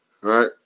right